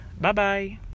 Bye-bye